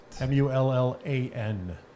M-U-L-L-A-N